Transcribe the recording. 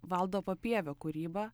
valdo papievio kūryba